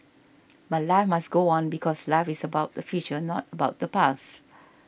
but life must go on because life is about the future not about the past